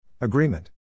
Agreement